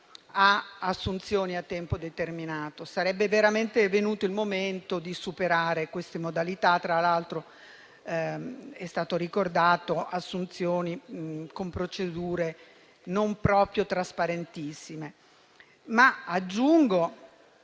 ad assunzioni a tempo determinato. Sarebbe veramente venuto il momento di superare queste modalità; tra l'altro, come è stato ricordato, si tratta di assunzioni con procedure non proprio trasparentissime. Troviamo